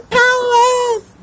powers